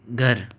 घर